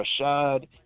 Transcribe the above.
Rashad